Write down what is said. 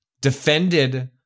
defended